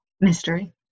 mystery